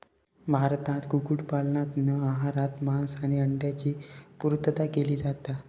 भारतात कुक्कुट पालनातना आहारात मांस आणि अंड्यांची पुर्तता केली जाता